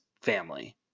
family